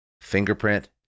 Fingerprint